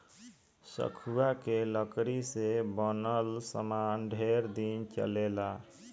सखुआ के लकड़ी से बनल सामान ढेर दिन चलेला